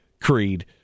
Creed